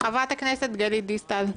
ח"כ גלית דיסטל.